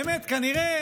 באמת כנראה